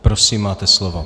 Prosím, máte slovo.